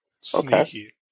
sneaky